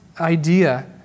idea